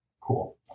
Cool